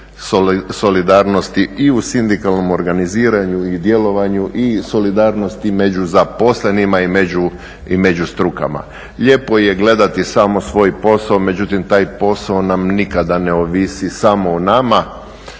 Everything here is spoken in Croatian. solidarnosti i u sindikalnom organiziranju i djelovanju i solidarnosti među zaposlenima i među strukama. Lijepo je gledati samo svoj posao, međutim taj posao nam nikada ne ovisi samo o nama.